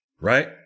Right